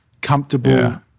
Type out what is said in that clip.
comfortable